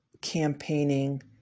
campaigning